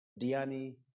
Diani